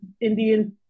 Indian